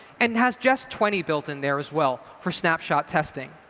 and has just twenty built in there as well for snapshot testing.